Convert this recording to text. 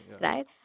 Right